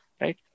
right